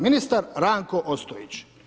Ministar Ranko Ostojić.